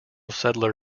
settler